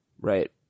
Right